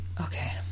okay